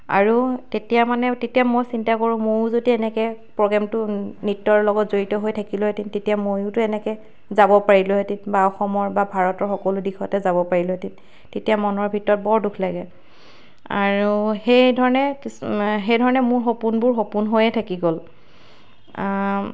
আৰু তেতিয়া মানে তেতিয়া মই চিন্তা কৰোঁ ময়ো যদি এনেকৈ প্ৰগ্ৰেমটো নৃত্যৰ লগত জড়িত হৈ থাকিলোঁহেতেনে তেতিয়া মইয়োতো এনেকৈ যাব পাৰিলোঁহেতেন বা অসমৰ বা ভাৰতৰ ভাৰতৰ সকলো দিশতে যাব পাৰিলোঁহেতেন তেতিয়া মনৰ ভিতৰত বৰ দুখ লাগে আৰু সেই ধৰণে সেই ধৰণে সপোনবোৰ সপোন হৈয়ে থাকি গ'ল